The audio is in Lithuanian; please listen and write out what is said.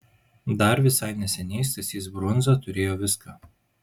dar visai neseniai stasys brundza turėjo viską